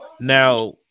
Now